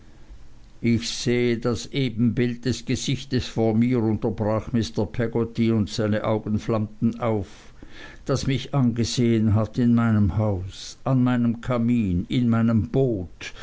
ich sehe das ebenbild des gesichtes vor mir unterbrach sie mr peggotty und seine augen flammten auf das mich angesehen hat in meinem haus an meinem kamin in meinem boot